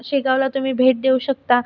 शेगावला तुम्ही भेट देऊ शकता